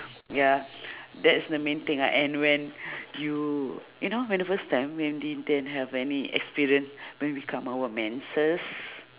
ya that's the main thing ah and when you you know when the first time when we didn't have any experience when we come our menses